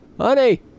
honey